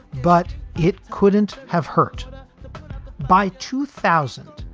but it couldn't have hurt by two thousand,